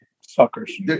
Suckers